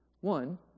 One